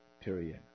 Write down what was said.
period